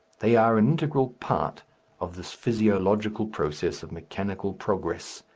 they are an integral part of this physiological process of mechanical progress,